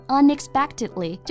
unexpectedly